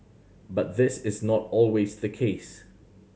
but this is not always the case